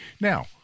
Now